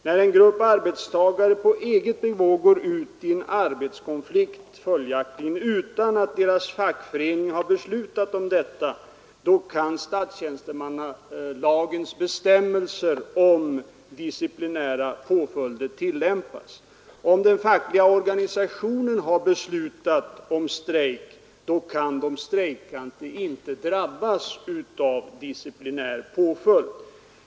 När en grupp arbetstagare på eget bevåg går ut i en konflikt utan att deras fackförening har fattat beslut om strejken, kan statstjänstemannalagens bestämmelser om disciplinära påföljder tillämpas. Om den fackliga organisationen beslutat om strejk, kan de strejkande inte drabbas av disciplinär påföljd.